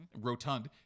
rotund